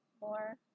more